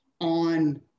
on